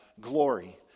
glory